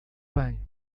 bem